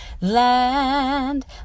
land